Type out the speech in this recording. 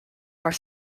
are